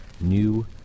new